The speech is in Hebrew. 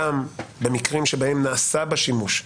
גם במקרים בהם נעשה בה שימוש,